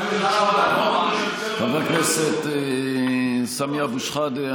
חבר הכנסת סמי אבו שחאדה,